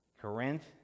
Corinth